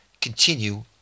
continue